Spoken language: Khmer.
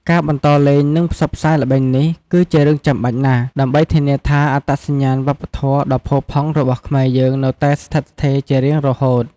ការបន្តលេង និងផ្សព្វផ្សាយល្បែងនេះ គឺជារឿងចាំបាច់ណាស់ ដើម្បីធានាថា អត្តសញ្ញាណវប្បធម៌ដ៏ផូរផង់របស់ខ្មែរយើងនៅតែស្ថិតស្ថេរជារៀងរហូត។